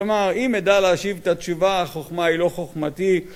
כלומר, אם נדע להשיב את התשובה, החוכמה היא לא חוכמתי